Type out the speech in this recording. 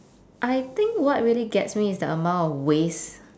I think what really gets me is the amount of waste